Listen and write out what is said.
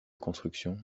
construction